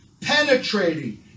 penetrating